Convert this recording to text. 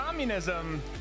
Communism